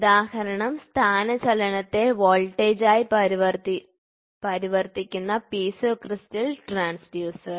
ഉദാഹരണം സ്ഥാനചലനത്തെ വോൾട്ടജ് ആയി പരിവർത്തിക്കുന്ന പീസോ ക്രിസ്റ്റൽ ട്രാൻസ്ഡ്യൂസർ